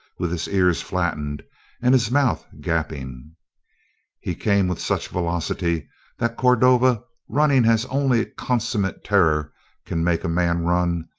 with his ears flattened and his mouth gaping he came with such velocity that cordova, running as only consummate terror can make a man run,